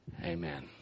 Amen